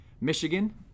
Michigan